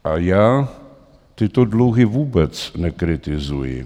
A já tyto dluhy vůbec nekritizuji.